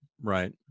right